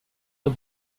the